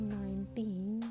nineteen